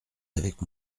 avec